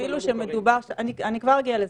אני כבר אגיע לזה.